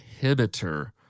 inhibitor